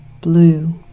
blue